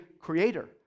creator